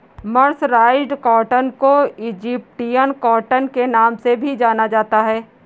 mercerised cotton को Egyptian cotton के नाम से भी जाना जाता है